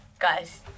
Guys